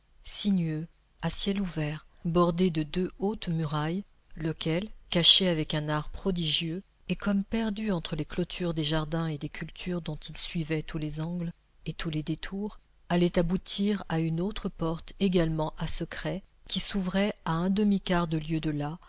sinueux à ciel ouvert bordé de deux hautes murailles lequel caché avec un art prodigieux et comme perdu entre les clôtures des jardins et des cultures dont il suivait tous les angles et tous les détours allait aboutir à une autre porte également à secret qui s'ouvrait à un demi-quart de lieue de là